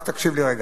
אז תקשיב לי רגע.